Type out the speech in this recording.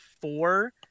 four